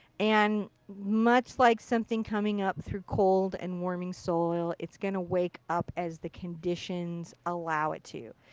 and much like something coming up through cold and warming soil, it's going to wake up as the conditions allow it to.